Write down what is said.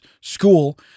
school